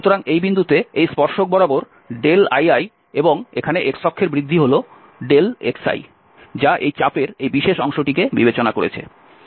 সুতরাং এই বিন্দুতে এই স্পর্শক বরাবর li এবং এখানে x অক্ষের বৃদ্ধি হল xi যা এই চাপের এই বিশেষ অংশটিকে বিবেচনা করেছে